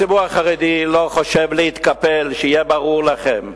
הציבור החרדי לא חושב להתקפל, שיהיה ברור לכם.